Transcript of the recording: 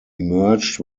emerged